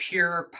Pure